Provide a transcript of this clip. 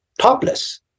topless